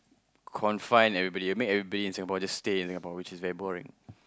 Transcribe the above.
confine everybody make everybody in Singapore just stay in Singapore which is very boring